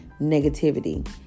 negativity